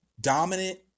dominant